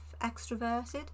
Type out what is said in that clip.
extroverted